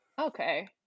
okay